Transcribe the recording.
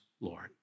Lord